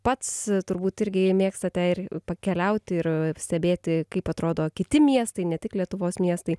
pats turbūt irgi mėgstate ir pakeliauti ir stebėti kaip atrodo kiti miestai ne tik lietuvos miestai